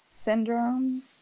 Syndrome